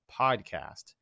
Podcast